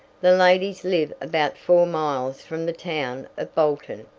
the ladies live about four miles from the town of bolton,